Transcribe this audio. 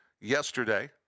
yesterday